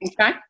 Okay